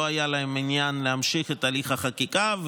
לא היה להם עניין להמשיך את תהליך החקיקה,